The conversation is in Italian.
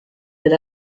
per